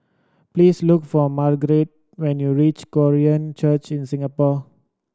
please look for Margarette when you reach Korean Church in Singapore